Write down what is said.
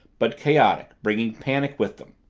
but chaotic, bringing panic with them.